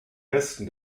westen